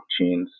blockchains